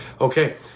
Okay